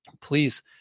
please